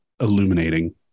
illuminating